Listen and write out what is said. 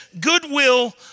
goodwill